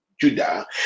Judah